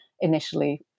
initially